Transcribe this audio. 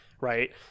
right